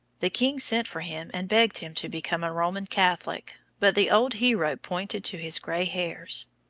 the king sent for him and begged him to become a roman catholic but the old hero pointed to his grey hairs.